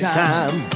time